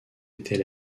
était